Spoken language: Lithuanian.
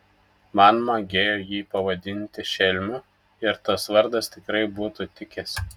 man magėjo jį pavadinti šelmiu ir tas vardas tikrai būtų tikęs